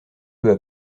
peu